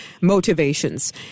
motivations